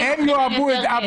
הם יאהבו את זה.